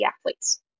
athletes